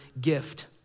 gift